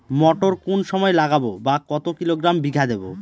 মটর কোন সময় লাগাবো বা কতো কিলোগ্রাম বিঘা দেবো?